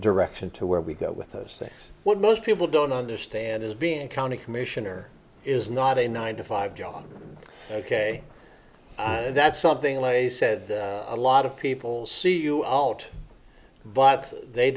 direction to where we go with those things what most people don't understand is being a county commissioner is not a nine to five job ok that's something lay said a lot of people see you out but they